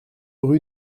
rue